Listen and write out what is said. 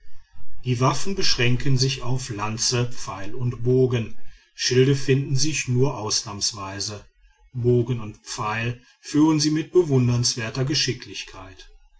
die waffen beschränken sich auf lanze pfeil und bogen schilde finden sich nur ausnahmsweise bogen und pfeil führen sie mit bewundernswerter geschicklichkeit